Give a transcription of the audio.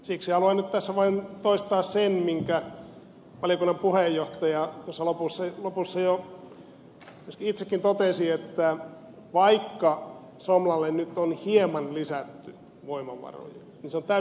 siksi haluan nyt tässä vain toistaa sen minkä valiokunnan puheenjohtaja tuossa lopussa itsekin totesi että vaikka somlalle nyt on hieman lisätty voimavaroja niin lisäys on täysin riittämätön